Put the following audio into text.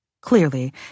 Clearly